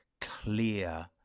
clear